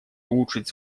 улучшить